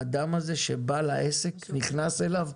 האדם הזה שבעל העסק נכנס אליו,